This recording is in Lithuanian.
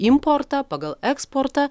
importą pagal eksportą